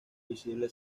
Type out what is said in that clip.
visible